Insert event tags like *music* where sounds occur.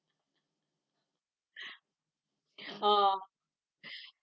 *breath* *breath* orh *breath*